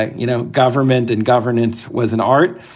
ah you know, government and governance was an art.